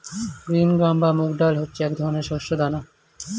green gram বা মুগ ডাল হচ্ছে এক ধরনের শস্য দানা